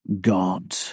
God